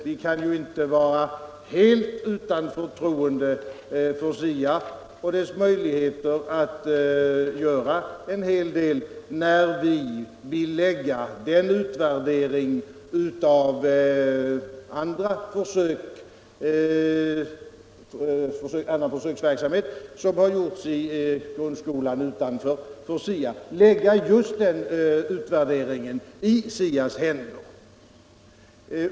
Vi kan ju inte vara helt utan förtroende för SIA och dess möjligheter att göra en hel del när vi vill lägga den utvärdering av försöksverksamhet utanför SIA som gjorts i grundskolan just i SIA:s händer.